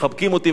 מחבקים אותי,